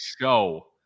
show